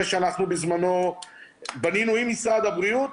שאנחנו בזמנו בנינו עם משרד הבריאות,